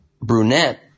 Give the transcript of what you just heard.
brunette